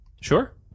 Sure